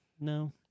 no